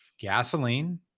gasoline